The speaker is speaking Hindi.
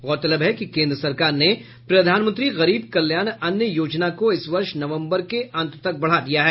गौरतलब है कि केन्द्र सरकार ने प्रधानमंत्री गरीब कल्याण अन्न योजना को इस वर्ष नवम्बर के अंत तक बढ़ा दिया है